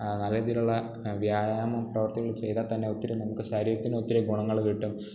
നല്ല രീതിയിലുള്ള വ്യായാമം പ്രവൃത്തിക്കൾ ചെയ്താൽത്തന്നെ ഒത്തിരി നമുക്ക് ശരീരത്തിന് ഒത്തിരി ഗുണങ്ങൾ കിട്ടും